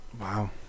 Wow